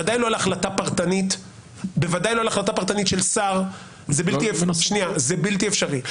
ודאי לא על החלטה פרטנית של שר זה בלתי אפשרי.